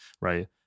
right